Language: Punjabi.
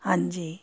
ਹਾਂਜੀ